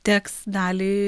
teks dalį